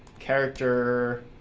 character,